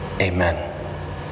Amen